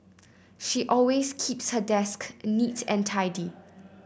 she always keeps her desk neat and tidy